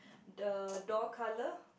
the door colour